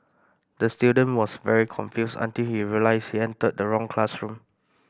the student was very confused until he realised he entered the wrong classroom